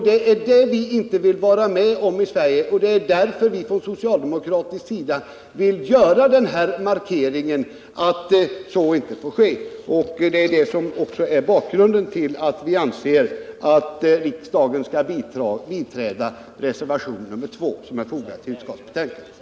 Det är det vi inte vill vara med om i Sverige, och det är därför som vi från socialdemokratiskt håll vill göra denna markering av att så inte får ske. Det är också det som är bakgrunden till att vi anser att riksdagen skall biträda reservationen 2 vid utskottets betänkande.